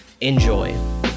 Enjoy